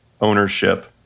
ownership